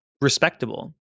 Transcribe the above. respectable